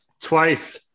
Twice